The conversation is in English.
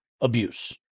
abuse